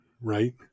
Right